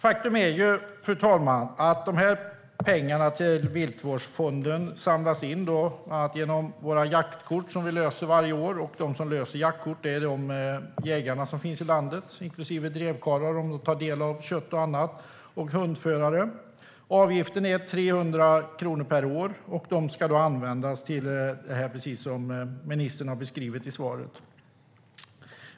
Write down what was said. Faktum är, fru talman, att pengarna till viltvårdsfonden samlas in genom våra jaktkort som vi löser varje år. De som löser jaktkort är de jägare som finns i landet, inklusive drevkarlar, om de tar del av kött och annat, samt hundförare. Avgiften är 300 kronor per år, och pengarna ska användas precis som ministern har beskrivit i svaret.